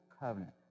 covenant